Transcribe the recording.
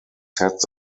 sets